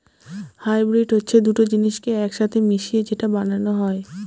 hybrid হচ্ছে দুটো জিনিসকে এক সাথে মিশিয়ে যেটা বানানো হয়